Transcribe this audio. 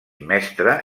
mestre